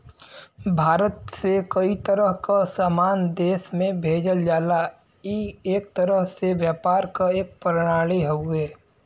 भारत से कई तरह क सामान देश में भेजल जाला ई एक तरह से व्यापार क एक प्रणाली हउवे